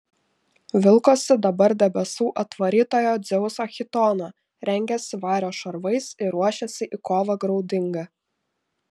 vilkosi dabar debesų atvarytojo dzeuso chitoną rengėsi vario šarvais ir ruošėsi į kovą graudingą